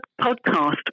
podcast